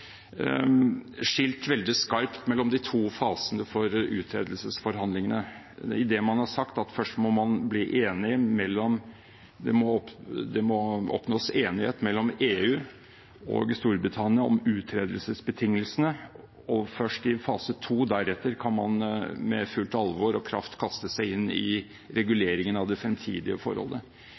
skilt veldig skarpt mellom de to fasene for uttredelsesforhandlingene, idet man har sagt at det først må oppnås enighet mellom EU og Storbritannia om uttredelsesbetingelsene. Først i fase 2 kan man med fullt alvor og full kraft kaste seg inn i reguleringen av det fremtidige forholdet.